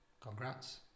congrats